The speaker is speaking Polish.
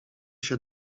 się